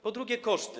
Po drugie, koszty.